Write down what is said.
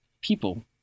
people